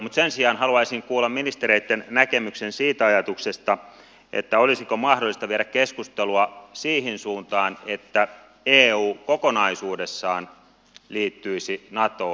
mutta sen sijaan haluaisin kuulla ministereitten näkemyksen siitä ajatuksesta olisiko mahdollista viedä keskustelua siihen suuntaan että eu kokonaisuudessaan liittyisi natoon